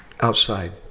outside